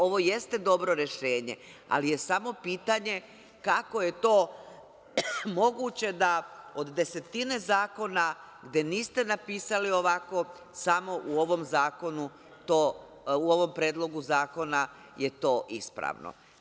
Ovo jeste dobro rešenje, ali je samo pitanje kako je to moguće da od desetine zakona gde niste napisali ovako, samo u ovom predlogu zakona je to ispravno.